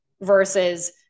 versus